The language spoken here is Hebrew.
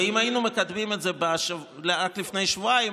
ואם היינו מקדמים את זה רק לפני שבועיים